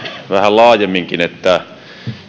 laajemminkin että